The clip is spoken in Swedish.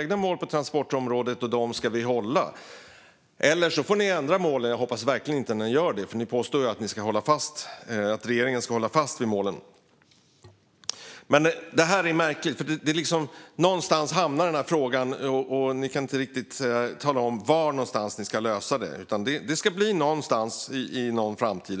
egna mål på transportområdet, och dem ska vi hålla. Annars får ni ändra målen. Jag hoppas verkligen inte att ni gör det, för ni påstår ju att regeringen ska hålla fast vid målen. Det är märkligt - någonstans hamnar frågan, men ni kan inte tala om var någonstans ni ska lösa problemet, utan det ska bli någonstans i någon framtid.